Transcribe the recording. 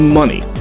money